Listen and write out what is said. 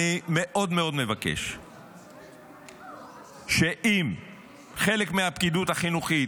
אני מאוד מאוד מבקש שאם חלק מהפקידות החינוכית,